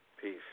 Peace